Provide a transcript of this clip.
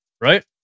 right